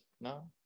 No